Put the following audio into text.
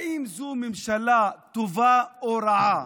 האם זו ממשלה טובה או רעה?